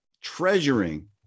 treasuring